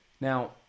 Now